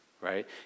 right